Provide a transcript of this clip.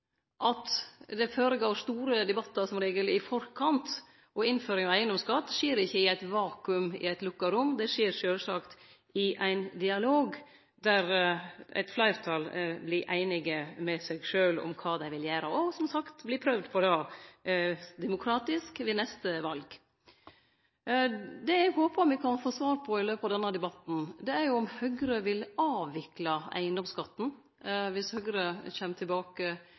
at det som regel føregår store debattar i forkant, og innføring av eigedomsskatt skjer ikkje i eit vakuum i eit lukka rom. Det skjer sjølvsagt i ein dialog, der eit fleirtal vert einige med seg sjølve om kva dei vil gjere, og, som sagt, vil det verte prøvd demokratisk ved neste val. Det eg håpar me kan få svar på i løpet av denne debatten, er om Høgre vil avvikle eigedomsskatten dersom Høgre kjem tilbake